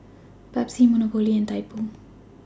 Pepsi Monopoly and Typo